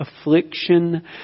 affliction